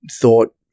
thought